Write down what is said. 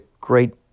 great